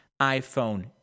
iPhone